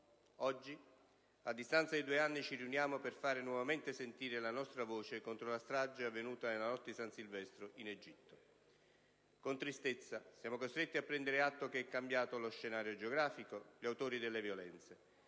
Oggi, a distanza di due anni, ci riuniamo per fare nuovamente sentire la nostra voce contro la strage avvenuta nella notte di san Silvestro in Egitto. Con tristezza siamo costretti a prendere atto che è cambiato lo scenario geografico, gli autori delle violenze: